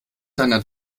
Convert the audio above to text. deiner